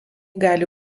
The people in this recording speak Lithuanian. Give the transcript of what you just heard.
gali